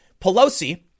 Pelosi